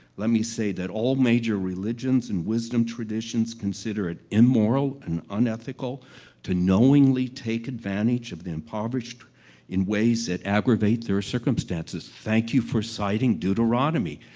let me say that all major religions and wisdom traditions consider it immoral and unethical to knowingly take advantage of the impoverished in ways that aggravate their circumstances. thank you for citing deuteronomy.